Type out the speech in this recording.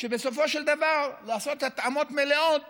בסופו של דבר לעשות התאמות מלאות